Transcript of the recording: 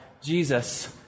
Jesus